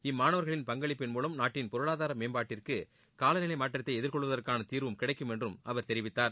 இம்மாணவர்களின் பங்களிப்பின் மூலம் நாட்டின் பொருளாதார மேம்பாட்டிற்கு காலநிலை மாற்றத்தை எதிர் கொள்வதற்கான தீர்வும் கிடைக்கும் என்றும் தெரிவித்தார்